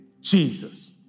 Jesus